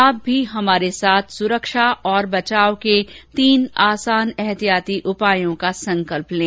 आप भी हमारे साथ सुरक्षा और बचाव के तीन आसान एहतियाती उपायों का संकल्प लें